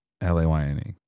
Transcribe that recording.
L-A-Y-N-E